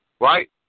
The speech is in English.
right